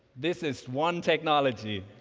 this is one technology